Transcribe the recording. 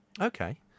Okay